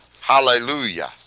Hallelujah